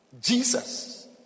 Jesus